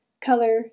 color